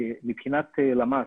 מבחינת למ"ס,